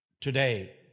today